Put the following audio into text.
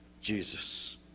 Jesus